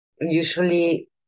usually